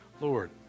Lord